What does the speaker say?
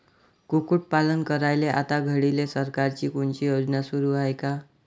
कुक्कुटपालन करायले आता घडीले सरकारची कोनची योजना सुरू हाये का?